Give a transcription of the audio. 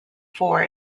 for